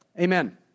Amen